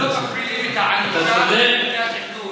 לא מפעילים את הענישה לפני התכנון.